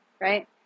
right